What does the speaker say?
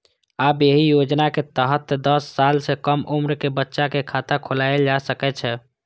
आब एहि योजनाक तहत दस साल सं कम उम्र के बच्चा के खाता खोलाएल जा सकै छै